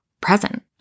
present